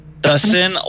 Dustin